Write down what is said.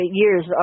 years